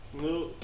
No